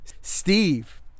steve